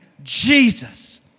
Jesus